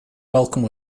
welcome